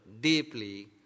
deeply